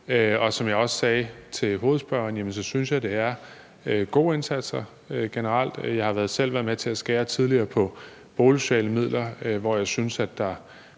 Og som jeg også sagde til hovedspørgeren, synes jeg, det er gode indsatser generelt. Jeg har selv tidligere været med til at skære på de boligsociale midler, hvor jeg syntes der var